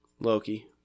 Loki